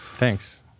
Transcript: Thanks